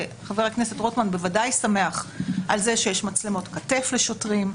וחבר הכנסת רוטמן בוודאי שמח על זה שיש מצלמות כתף לשוטרים,